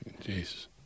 Jesus